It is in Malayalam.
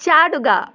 ചാടുക